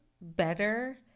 better